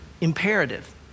imperative